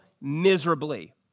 miserably